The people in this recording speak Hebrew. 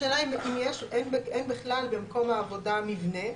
השאלה אם אין בכלל במקום העבודה מבנה.